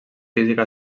física